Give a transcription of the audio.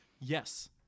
yes